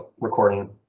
recording